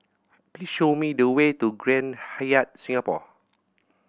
please show me the way to Grand Hyatt Singapore